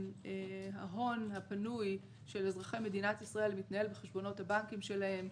ההון הפנוי של אזרחי מדינת ישראל מתנהל בחשבונות הבנקים שלהם,